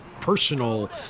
personal